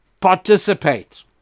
participate